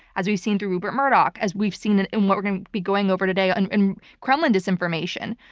as we've seen through rupert murdoch, as we've seen in in what we're going to be going over today, and and kremlin disinformation,